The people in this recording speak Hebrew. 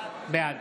בעד